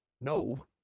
no